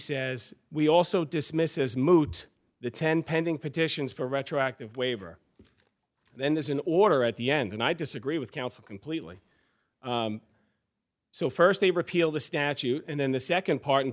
says we also dismiss is moot the ten pending petitions for retroactive waiver then there's an order at the end and i disagree with council completely so st they repeal the statute and then the nd part and